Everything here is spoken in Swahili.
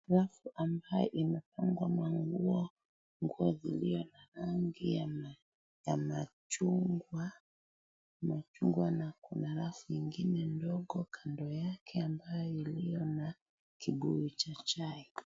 Rafu ambayo imepangwa manguo iliyo na rangi ya machungwa na kuna rafu ingine ndogo kando yake ambayo iliyo na kibuyu cha chai.